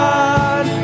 God